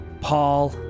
Paul